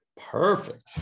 perfect